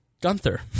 Gunther